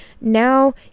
now